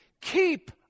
Keep